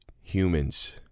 Humans